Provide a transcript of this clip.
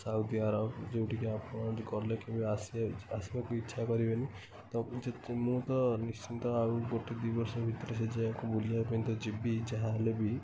Saudi Arab ଯେଉଁଠିକି ଆପଣ ଗଲେ କେବେ ଆସିବା ଆସିବାକୁ ଇଛା କରିବେନି ମୁଁ ତ ନିଶ୍ଟିନ୍ତ ଆଉ ଗୋଟେ ଦୁଇ ବର୍ଷ ଭିତରେ ସେ ଜେଗାକୁ ବୁଲିବା ପାଇଁ ତ ଯିବି ଯାହା ହେଲେବି